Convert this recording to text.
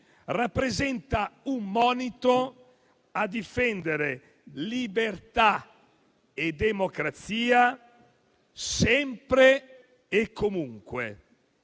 rappresenta un monito a difendere libertà e democrazia sempre e comunque.